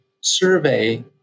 survey